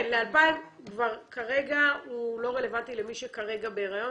כן, ל-2,000, זה לא רלוונטי למי שכרגע בהריון.